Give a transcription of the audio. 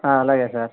అలాగే సార్